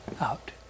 out